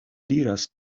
diras